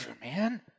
man